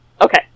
Okay